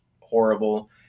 horrible